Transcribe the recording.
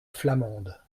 flamande